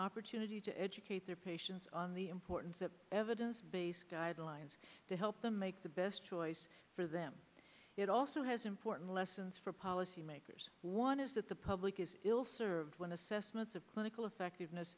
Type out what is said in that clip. opportunity to educate their patients on the importance of evidence based guidelines to help them make the best choice for them it also has important lessons for policymakers one is that the public is ill served when assessments of clinical effectiveness